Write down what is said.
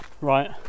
right